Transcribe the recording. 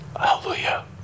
Hallelujah